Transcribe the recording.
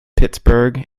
pittsburgh